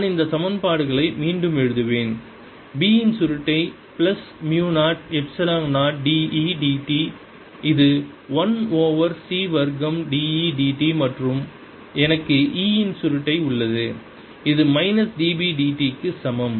நான் இந்த சமன்பாடுகளை மீண்டும் எழுதுவேன் B இன் சுருட்டை பிளஸ் மு 0 எப்சிலன் 0 d E d t இது 1 ஓவர் C வர்க்கம் d E d t மற்றும் எனக்கு E இன் சுருட்டை உள்ளது இது minus d B d t க்கு சமம்